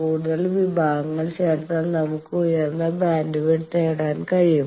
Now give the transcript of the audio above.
കൂടുതൽ വിഭാഗങ്ങൾ ചേർത്താൽ നമുക്ക് ഉയർന്ന ബാൻഡ്വിഡ്ത്ത് നേടുവാൻ കഴിയും